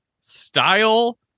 style